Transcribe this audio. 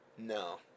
No